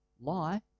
lie